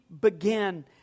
begin